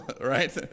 right